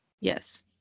Yes